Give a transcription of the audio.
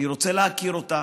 אני רוצה להכיר אותה